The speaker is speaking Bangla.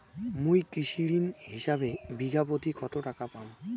মুই কৃষি ঋণ হিসাবে বিঘা প্রতি কতো টাকা পাম?